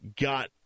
got